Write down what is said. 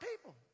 people